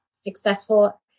successful